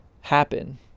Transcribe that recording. happen